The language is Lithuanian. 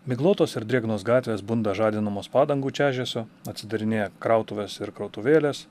miglotos ir drėgnos gatvės bunda žadinamos padangų čežesio atsidarinėja krautuvės ir krautuvėlės